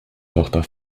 tochter